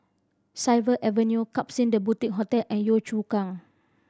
Tyersall Avenue Klapson The Boutique Hotel and Yio Chu Kang